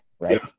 right